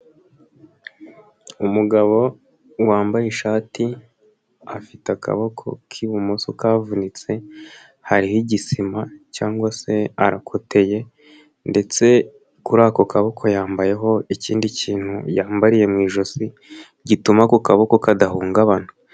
Umugabo wambaye ishati, afite akaboko k'ibumoso kavunitse, hariho igisima cyangwa se arakoteye ndetse kuri ako kaboko yambayeho ikindi kintu yambariye mu ijosi, gituma ako kaboko kadahungabana.